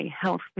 health